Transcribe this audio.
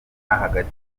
hagati